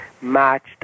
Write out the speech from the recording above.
matched